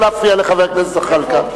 לא להפריע לחבר הכנסת זחאלקה.